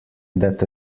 that